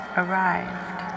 arrived